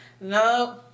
No